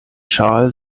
schal